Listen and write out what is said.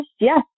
yes